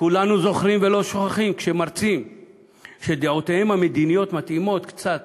כולנו זוכרים ולא שוכחים שמרצים שדעותיהם המדיניות מתאימות קצת